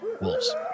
wolves